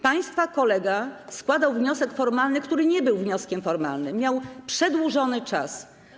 Państwa kolega składał wniosek formalny, który właściwie nie był wnioskiem formalnym, i miał przedłużony czas.